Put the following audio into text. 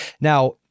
Now